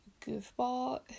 goofball